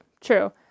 true